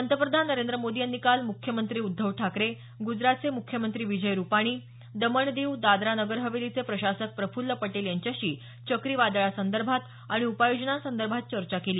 पंतप्रधान नरेंद्र मोदी यांनी काल मुख्यमंत्री उद्धव ठाकरे ग्जरातचे मुख्यमंत्री विजय रुपाणी दमण दीव दादरा नगर हवेलीचे प्रशासक प्रफुल्ल पटेल यांच्याशी चक्रीवादळासंदर्भात आणि उपाययोजनांसंदर्भात चर्चा केली